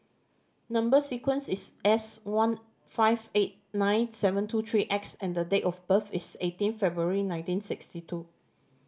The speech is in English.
number sequence is S one five eight nine seven two three X and date of birth is eighteen February nineteen sixty two